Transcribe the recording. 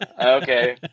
Okay